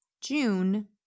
June